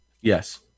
Yes